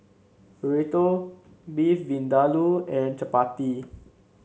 Burrito Beef Vindaloo and Chapati